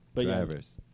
Drivers